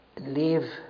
Leave